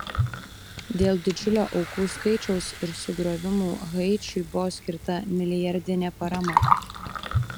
dėl didžiulio aukų skaičiaus ir sugriovimų haičiui buvo skirta milijardinė parama